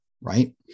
Right